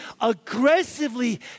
aggressively